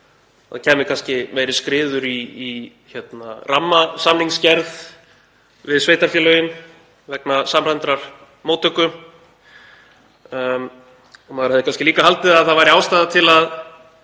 það kæmist kannski meiri skriður í rammasamningsgerð við sveitarfélögin vegna samræmdrar móttöku. Maður hefði kannski líka haldið að ástæða væri til að